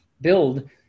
build